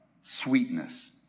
Sweetness